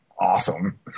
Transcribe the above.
Awesome